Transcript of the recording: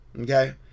okay